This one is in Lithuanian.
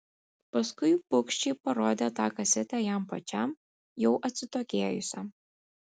paskui bugščiai parodė tą kasetę jam pačiam jau atsitokėjusiam